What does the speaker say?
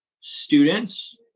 students